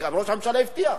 ראש הממשלה הבטיח.